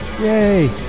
Yay